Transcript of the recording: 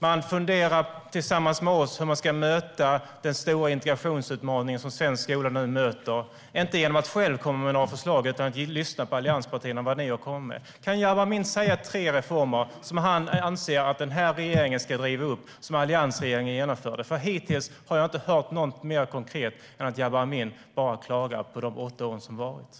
Man funderar tillsammans med oss över hur man ska möta den stora integrationsutmaning som svensk skola nu möter - inte genom att själv komma med några förslag utan genom att lyssna på allianspartierna. Kan Jabar Amin nämna tre reformer som alliansregeringen genomförde som han anser att den här regeringen ska riva upp? Hittills har jag inte hört något mer konkret än att Jabar Amin bara klagar på de åtta år som har varit.